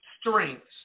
strengths